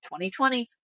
2020